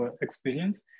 experience